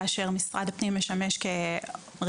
כאשר משרד הפנים משמש כרגולטור,